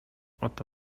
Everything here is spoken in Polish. oto